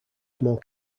small